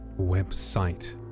website